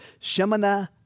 Shemana